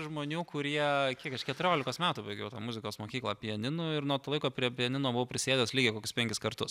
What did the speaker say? žmonių kurie kiek aš keturiolikos metų baigiau tą muzikos mokyklą pianinu ir nuo to laiko prie pianino buvau prisėdęs lygiai kokius penkis kartus